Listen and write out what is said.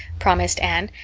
promised anne,